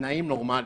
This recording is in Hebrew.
בתנאים נורמליים.